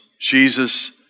Jesus